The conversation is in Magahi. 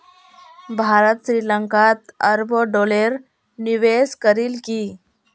भारत श्री लंकात अरबों डॉलरेर निवेश करील की